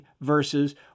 verses